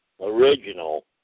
original